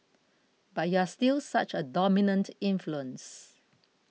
but you're still such a dominant influence